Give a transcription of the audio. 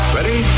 Ready